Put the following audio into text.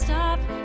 stop